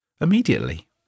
immediately